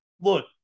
Look